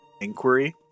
inquiry